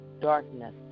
darkness